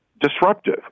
disruptive